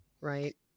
right